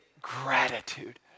gratitude